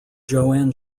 joanne